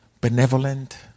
benevolent